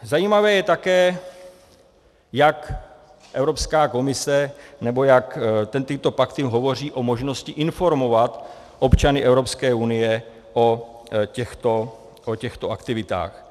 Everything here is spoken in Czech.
Zajímavé je také, jak Evropská komise, nebo jak tyto pakty hovoří o možnosti informovat občany Evropské unie o těchto aktivitách.